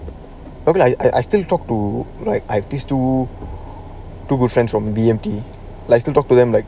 maybe I I still talk to like I have these two good friends from B_M_T likes to talk to them like